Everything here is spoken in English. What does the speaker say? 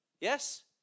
Yes